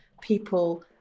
people